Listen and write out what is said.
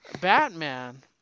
Batman